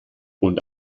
und